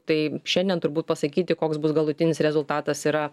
tai šiandien turbūt pasakyti koks bus galutinis rezultatas yra